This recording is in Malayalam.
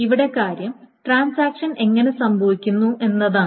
ഇവിടെ കാര്യം ട്രാൻസാക്ഷൻ എങ്ങനെ സംഭവിക്കുന്നു എന്നതാണ്